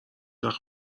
وقت